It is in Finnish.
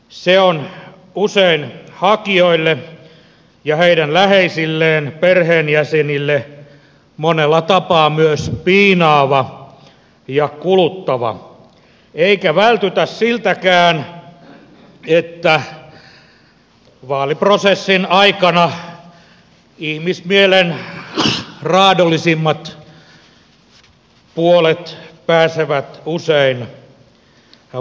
se on usein hakijoille ja heidän läheisilleen perheenjäsenille monella tapaa myös piinaava ja kuluttava eikä vältytä siltäkään että vaaliprosessin aikana ihmismielen raadollisimmat puolet pääsevät usein valloilleen